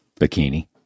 Bikini